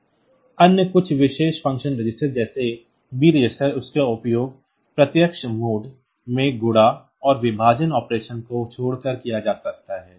कुछ अन्य विशेष फ़ंक्शन रजिस्टर जैसे B रजिस्टर इसका उपयोग प्रत्यक्ष मोड में गुणा और विभाजन ऑपरेशन को छोड़कर किया जा सकता है